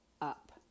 up